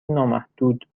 نامحدود